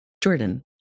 Jordan